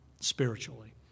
spiritually